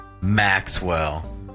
Maxwell